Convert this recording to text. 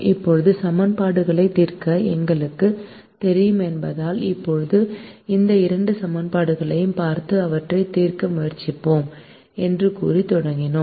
இப்போது சமன்பாடுகளைத் தீர்க்க நமக்குத் தெரியும் என்பதால் இப்போது இந்த இரண்டு சமன்பாடுகளையும் பார்த்து அவற்றைத் தீர்க்க முயற்சிப்போம் என்று கூறி தொடங்கினோம்